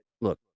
look